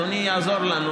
אדוני יעזור לנו,